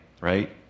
right